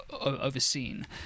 overseen